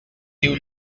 diu